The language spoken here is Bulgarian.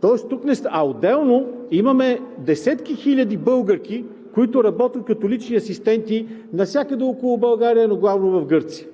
към момента. Отделно имаме десетки хиляди българки, които работят като лични асистенти навсякъде около България, но главно в Гърция.